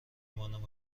مانم